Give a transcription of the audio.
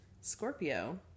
Scorpio